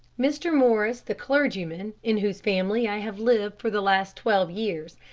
mr. morris, the clergyman, in whose family i have lived for the last twelve years,